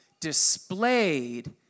displayed